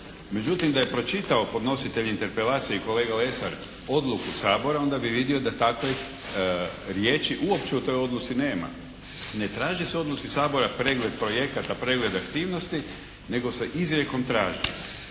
Međutim da je pročitao podnositelj interpelacije i kolega Lesar odluku Sabora, onda bi vidio da takve riječi uopće u toj odluci nema. Ne traži se u odluci Sabora pregled projekata, pregled aktivnosti nego se izrijekom traži